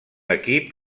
equip